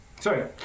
Sorry